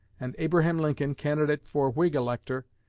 and abraham lincoln, candidate for whig elector,